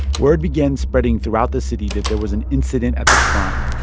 word began spreading throughout the city that there was an incident at the shrine.